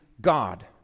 God